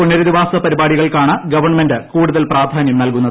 പുനരധിവാസ പരിപാടികൾക്കാണ് ഗവൺമെന്റ് കൂടുതൽ പ്രാധാന്യം നൽകുന്നത്